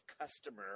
customer